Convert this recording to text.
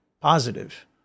positive